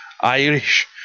Irish